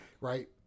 right